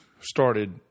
started